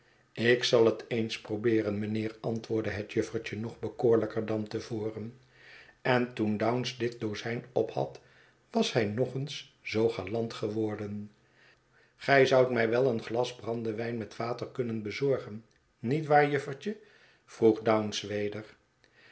ik zal het eens probeeren mijnheer antwoordde het juffertje nog bekoorlijker dan te voren en toen dounce dit dozijn ophad was hij nog eens zoo galant geworden gij zoudt my wel een glas brandewijn met water kunnen bezorgen niet waar juffertje vroeg dounce weder